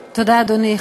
תודה, אדוני.